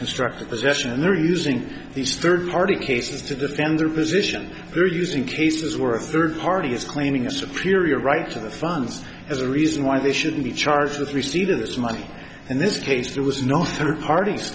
constructive possession and they're using these third party cases to defend their position they're using cases where a third party is claiming a superior right to the funds as a reason why they should be charged with receipt of this money in this case there was no third parties